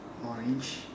orange